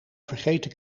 vergeten